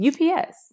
UPS